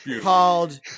called